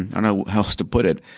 and know how else to put it.